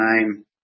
time